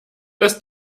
dass